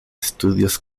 estudios